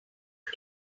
are